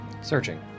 Searching